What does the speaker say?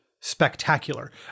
spectacular